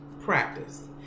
practice